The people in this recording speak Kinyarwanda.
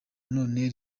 none